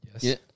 Yes